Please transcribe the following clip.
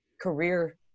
career